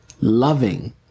loving